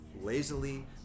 lazily